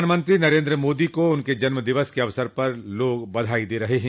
प्रधानमंत्री नरेन्द्र मोदी को उनके जन्म दिवस के अवसर पर लोग उन्हें बधाई दे रहे हैं